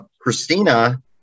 Christina